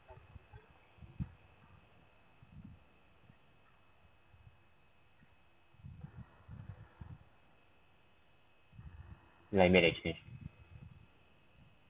exchange